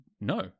No